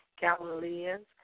Galileans